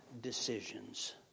decisions